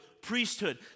priesthood